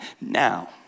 now